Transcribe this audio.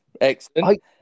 Excellent